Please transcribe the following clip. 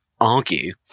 argue